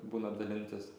būnant dalintis